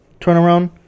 turnaround